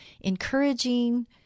encouraging